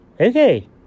Okay